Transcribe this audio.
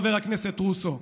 חבר הכנסת רוסו,